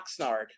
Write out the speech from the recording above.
Oxnard